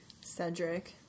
Cedric